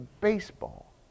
baseball